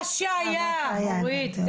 מה שהיה, אורית.